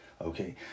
Okay